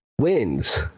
wins